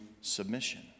submission